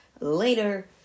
later